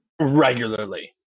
regularly